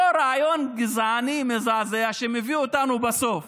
אותו רעיון גזעני מזעזע שמביא אותנו בסוף